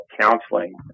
counseling